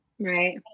Right